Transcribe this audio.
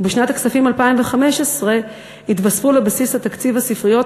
ובשנת הכספים 2015 יתווספו לבסיס תקציב הספריות